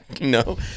No